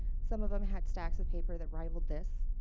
some of them had stacks of paper that rivaled this,